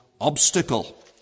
obstacle